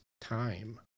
time